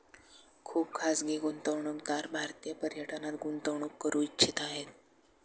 खुप खाजगी गुंतवणूकदार भारतीय पर्यटनात गुंतवणूक करू इच्छित आहे